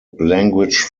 language